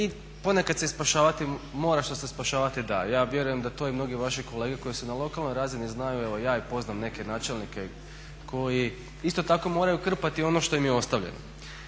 i ponekad se i spašavati mora, što se spašavati da. Ja vjerujem da to i mnogi vaši kolege koji su na lokalnoj razini znaju, evo ja ih poznam, neke načelnike koji isto tako moraju krpati ono što im je ostavljeno.